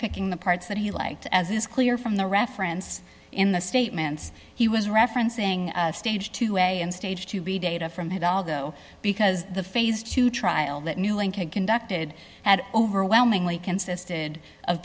picking the parts that he liked as is clear from the reference in the statements he was referencing stage two and stage to be data from it all though because the phase two trial that new linkage conducted at overwhelmingly consisted of